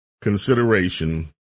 consideration